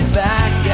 back